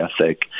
ethic